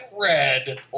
red